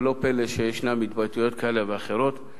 ולא פלא שיש התבטאויות כאלה ואחרות.